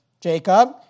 Jacob